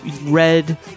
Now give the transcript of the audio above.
red